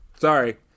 Sorry